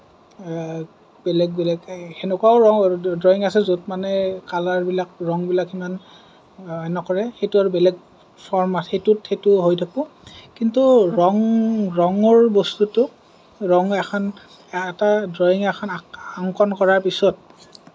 বেলেগ বেলেগ সেনেকুৱাও ড্ৰয়িং আছে য'ত মানে কালাবিলাক ৰঙবিলাক সিমান নকৰে সেইটো আৰু বেলেগ ফৰ্ম সেইটোত সেইটো কিন্তু ৰঙ ৰঙৰ বস্তুটো ৰঙ এখন ড্ৰয়িং এখন অংকণ কৰাৰ পিছত